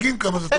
- יש